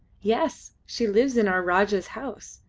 yes, she lives in our rajah's house.